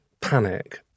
panic